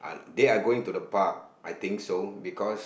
they are going to the park I think so because